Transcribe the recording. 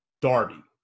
Darby